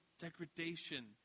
degradation